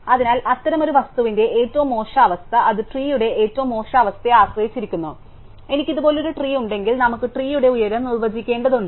അതിനാൽ അത്തരമൊരു വസ്തുവിന്റെ ഏറ്റവും മോശം അവസ്ഥ അത് ട്രീയുടെ ഏറ്റവും മോശം അവസ്ഥയെ ആശ്രയിച്ചിരിക്കുന്നു എനിക്ക് ഇതുപോലൊരു ട്രീ ഉണ്ടെങ്കിൽ നമുക്ക് ട്രീയുടെ ഉയരം നിർവചിക്കേണ്ടതുണ്ട്